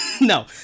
No